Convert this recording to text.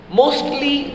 mostly